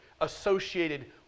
associated